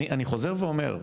אני חוזר ואומר,